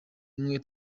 umwe